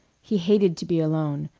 he hated to be alone,